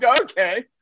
Okay